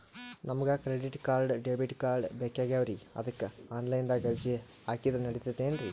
ನಮಗ credit card, debit card ಬೇಕಾಗ್ಯಾವ್ರೀ ಅದಕ್ಕ ಆನಲೈನದಾಗ ಅರ್ಜಿ ಹಾಕಿದ್ರ ನಡಿತದೇನ್ರಿ?